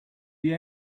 the